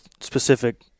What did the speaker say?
specific